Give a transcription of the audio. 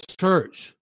church